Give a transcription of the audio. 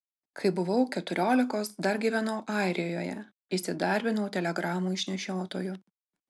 kai buvau keturiolikos dar gyvenau airijoje įsidarbinau telegramų išnešiotoju